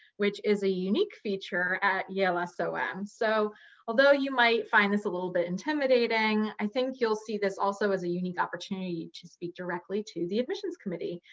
which is a unique feature at yale som. ah so and so although you might find this a little bit intimidating, i think you'll see this also as a unique opportunity to speak directly to the admissions committee.